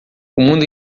mundo